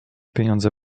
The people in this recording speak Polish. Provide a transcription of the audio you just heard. pieniądze